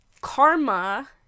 karma